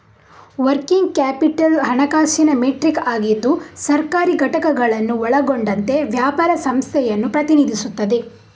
working capital ಹಣಕಾಸಿನ metric ಆಗಿದ್ದು ಸರ್ಕಾರಿ ಘಟಕಗಳನ್ನು ಒಳಗೊಂಡಂತೆ ವ್ಯಾಪಾರ ಸಂಸ್ಥೆಯನ್ನು ಪ್ರತಿನಿಧಿಸುತ್ತದೆ